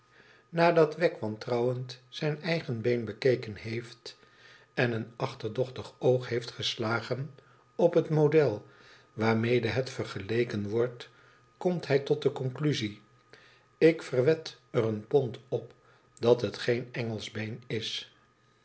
nadat wegg wantrouwend zijn eigen been bekeken heeft en een achterdochtig oog heeft geslagen op het model waarmede het vergeleken wordt komt hij tot de conclusie ik verwed er een pond op dat het geen engelsch been is